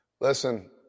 Listen